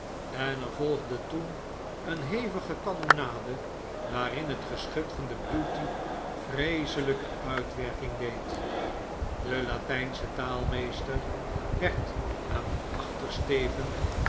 en er volgde toen een hevige kanonnade waarin het geschut van de beauty vreeselijke uitwerking deed de latynsche taalmeester werd aan den achtersteven